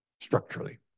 structurally